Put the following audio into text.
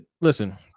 listen